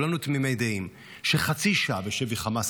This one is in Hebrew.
כולנו תמימי דעים שחצי שעה בשבי חמאס,